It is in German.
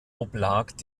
oblag